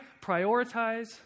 prioritize